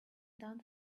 done